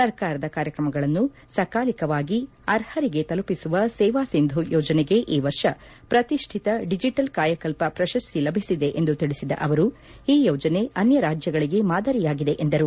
ಸರ್ಕಾರದ ಕಾರ್ಯಕ್ರಮಗಳನ್ನು ಸಕಾಲಿಕವಾಗಿ ಅರ್ಹರಿಗೆ ತಲುಪಿಸುವ ಸೇವಾ ಸಿಂಧು ಯೋಜನೆಗೆ ಈ ವರ್ಷ ಪ್ರತಿಷ್ಠಿತ ಡಿಜಿಟಲ್ ಕಾಯಕಲ್ಪ ಪ್ರಶಸ್ತಿ ಲಭಿಸಿದೆ ಎಂದು ತಿಳಿಸಿದ ಅವರು ಈ ಯೋಜನೆ ಅನ್ಯ ರಾಜ್ಯಗಳಿಗೆ ಮಾದರಿಯಾಗಿದೆ ಎಂದರು